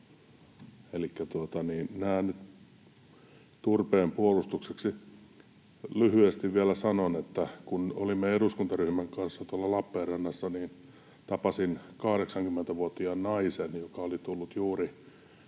turpeen puolustukseksi. Lyhyesti vielä sanon, että kun olimme eduskuntaryhmän kanssa tuolla Lappeenrannassa, niin tapasin 80-vuotiaan naisen, joka oli tullut juuri